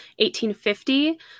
1850